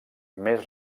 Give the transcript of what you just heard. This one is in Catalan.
més